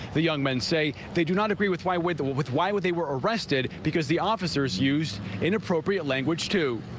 the young men say they do not agree with why with the with why would they were arrested because the officers used inappropriate language too.